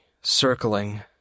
circling